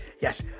Yes